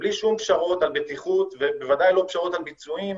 ובלי שום פשרות על איכות ובוודאי לא פשרות על ביצועים